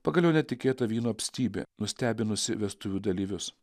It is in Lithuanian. pagaliau netikėta vyno apstybė nustebinusi vestuvių dalyvius